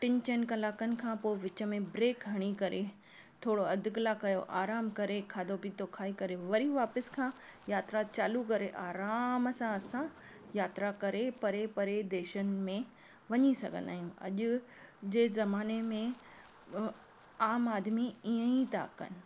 टिनि चइनि कलाकनि खां पोइ विच में ब्रेक खणी करे थोरो अधि कलाकु जो आरामु करे खाधो पितो खाई करे वरी वापसि खां यात्रा चालू करे आरामु सां असां यात्रा करे परे परे देशुनि में वञी सघंदा आहियूं अॼु जे ज़माने में अ आम आदमी ईअं ई था कनि